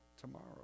tomorrow